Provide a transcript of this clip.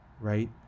right